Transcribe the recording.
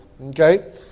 Okay